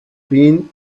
been